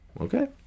Okay